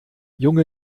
junge